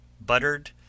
buttered